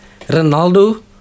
ronaldo